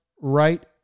right